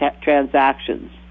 transactions